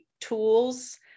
tools